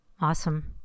Awesome